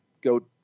go